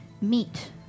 meet